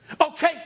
Okay